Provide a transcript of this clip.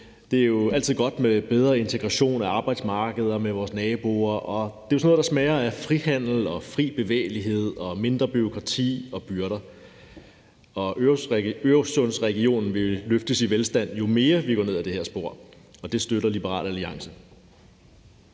Det er jo altid godt med bedre integration af arbejdsmarkedet med vores naboer, og det er sådan noget, der smager af frihandel, fri bevægelighed, mindre bureaukrati og færre byrder. Øresundsregionen vil blive løftet i velstand, jo mere vi går ned ad det her spor, og det støtter Liberal Alliance.